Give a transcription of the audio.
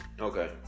Okay